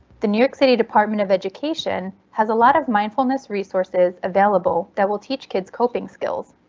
the new york city department of education has a lot of mindfulness resources available that will teach kids coping skills.